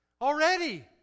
Already